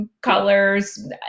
colors